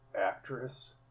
actress